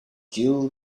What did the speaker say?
dual